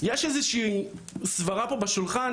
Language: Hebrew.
יש פה איזושהי סברה פה בשולחן,